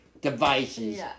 devices